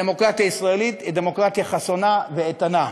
הדמוקרטיה הישראלית היא דמוקרטיה חסונה ואיתנה.